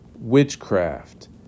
Witchcraft